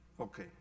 Okay